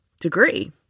degree